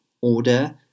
order